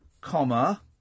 comma